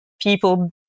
people